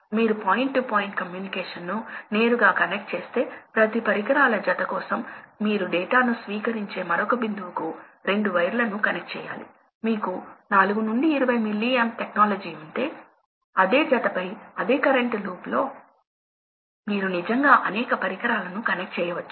కొన్ని స్థిరమైన K తో కాబట్టి ఇది నారో కన్స్ట్రక్షన్ అయితే K యొక్క విలువ ఎక్కువగా ఉంటుంది మరియు ఓపెన్ కన్స్ట్రక్షన్ అయితే K యొక్క విలువ తక్కువగా ఉంటుంది కాబట్టి మీరు అలాంటి లోడ్ ను కనెక్ట్ చేస్తే